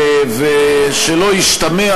ושלא ישתמע,